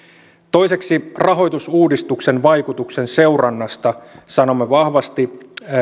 toiseksi rahoitusuudistuksen vaikutuksen seurannasta sanomme vahvasti